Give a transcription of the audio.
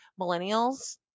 millennials